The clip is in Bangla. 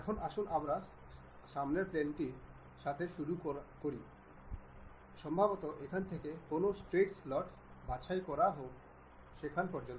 এখন আসুন সামনের প্লেন টির সাথে শুরু করা যাক সম্ভবত এখান থেকে কোনও স্ট্রেইট স্লট বাছাই করা হোক সেখান পর্যন্ত